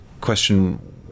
question